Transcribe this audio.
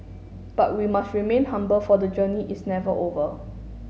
but we must remain humble for the journey is never over